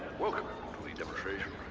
welcome to the demonstration